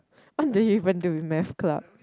what do you even do in math club